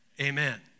amen